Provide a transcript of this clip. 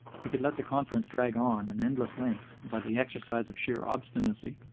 he could let the conference drag on an endless length by the exercise of sheer obstinacy.